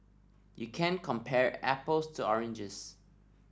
you can't compare apples to oranges